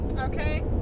Okay